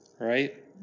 right